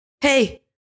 Hey